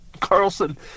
Carlson